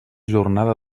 jornada